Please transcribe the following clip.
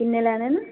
किन्ने लैने न